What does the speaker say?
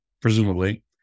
presumably